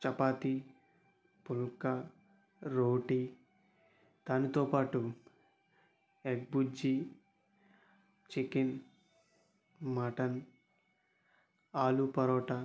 చపాతి పుల్కా రోటీ దానితో పాటు egg bhurji chicken mutton aloo parotta